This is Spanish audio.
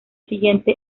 siguiente